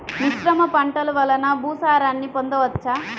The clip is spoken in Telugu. మిశ్రమ పంటలు వలన భూసారాన్ని పొందవచ్చా?